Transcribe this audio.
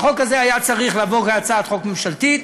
החוק הזה היה צריך לעבור כהצעת חוק ממשלתית,